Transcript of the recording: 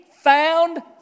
found